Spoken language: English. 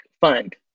fund